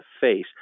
face